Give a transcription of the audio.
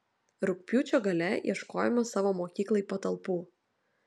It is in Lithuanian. rugpjūčio gale ieškojome savo mokyklai patalpų